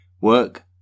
work